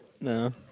No